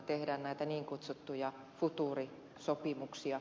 tehdään näitä niin kutsuttuja futuurisopimuksia